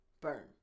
Burn